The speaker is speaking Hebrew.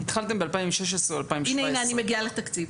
התחלתם ב- 2016 או 2017. הנה הנה אני מגיעה לתקציב.